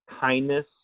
kindness